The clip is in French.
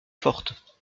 forte